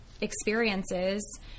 experiences